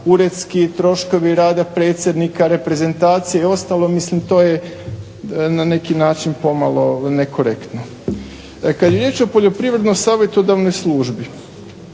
uredski troškovi rada predsjednika, reprezentacije i ostalo mislim to je na neki način pomalo nekorektno. Kada je riječ o Poljoprivredno savjetodavnoj službi